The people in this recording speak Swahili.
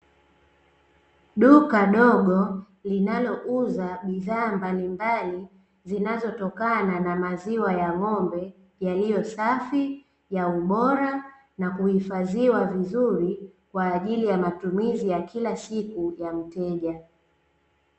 Duka dogo linalouza bidhaa mbalimbali zinazotokana na maziwa ya ng'ombe; yaliyosafi, ya ubora, na kuhifadhiwa vizuri kwa ajili ya matumizi ya kila siku ya mteja.